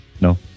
no